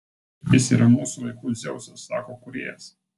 jis yra mūsų laikų dzeusas sako kūrėjas